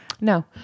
No